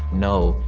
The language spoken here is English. no.